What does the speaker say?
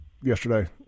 yesterday